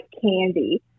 candy